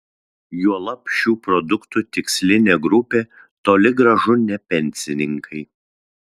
juolab šių produktų tikslinė grupė toli gražu ne pensininkai